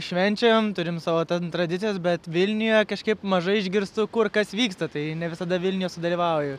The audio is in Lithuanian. švenčiam turim savo ten tradicijas bet vilniuje kažkaip mažai išgirstu kur kas vyksta tai ne visada vilniuje sudalyvauju